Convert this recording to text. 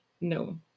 No